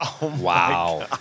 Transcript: Wow